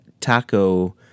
taco